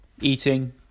eating